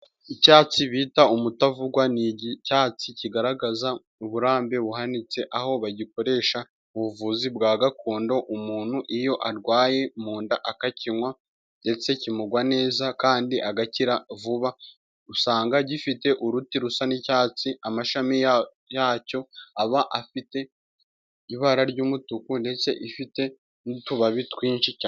Icyatsi bita umutavugwa ni icyatsi kigaragaza uburambe buhanitse aho bagikoresha ubuvuzi bwa gakondo, umuntu iyo arwaye mu nda akakinywa ndetse kimugwa neza kandi agakira vuba usanga gifite uruti rusa n'icyatsi, amashami yacyo aba afite ibara ry'umutuku ndetse ifite n'utubabi twinshi cyane.